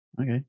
Okay